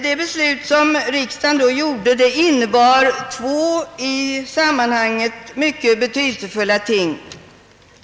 Det beslut som riksdagen då fattade innebar två i sammanhanget mycket betydelsefulla ting.